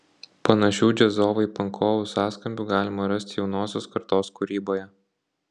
panašių džiazovai pankovų sąskambių galima rasti jaunosios kartos kūryboje